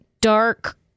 dark